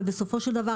אבל בסופו של דבר,